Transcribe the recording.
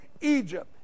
Egypt